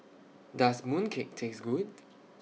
Does Mooncake Taste Good